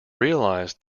realised